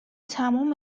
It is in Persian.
تموم